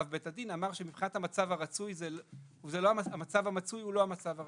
אב בית הדין אמר שהמצב המצוי הוא לא המצב הרצוי,